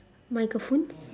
microphones